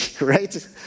right